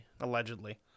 allegedly